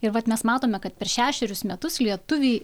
ir vat mes matome kad per šešerius metus lietuviai